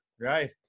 Right